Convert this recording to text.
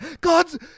god's